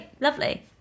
Lovely